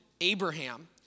Abraham